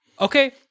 Okay